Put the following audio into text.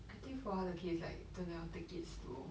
I think for 他的 case like 真的要 take it slow